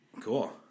Cool